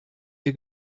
ihr